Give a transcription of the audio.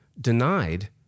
denied